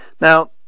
now